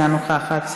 אינה נוכחת,